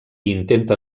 intenta